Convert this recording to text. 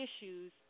issues